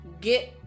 get